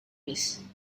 bis